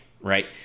right